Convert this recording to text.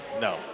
No